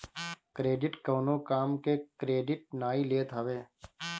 credit कवनो काम के क्रेडिट नाइ लेत हवे